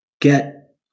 Get